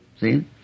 see